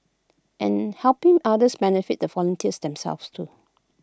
and helping others benefits the volunteers themselves too